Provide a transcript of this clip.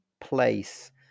place